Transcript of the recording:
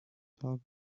tuck